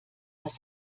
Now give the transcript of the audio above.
dass